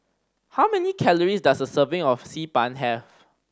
how many calories does a serving of Xi Ban have